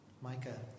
Micah